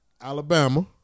Alabama